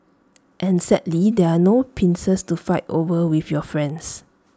and sadly there are no pincers to fight over with your friends